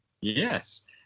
Yes